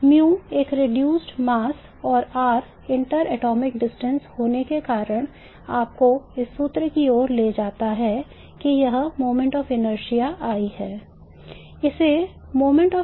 mu एक reduced mass और r अंतर परमाणु दूरी होने के कारण आपको इस सूत्र की ओर ले जाता है कि वह moment of inertia I है